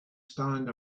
stand